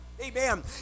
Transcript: Amen